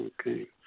Okay